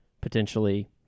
potentially